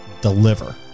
deliver